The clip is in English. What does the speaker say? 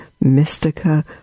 Mystica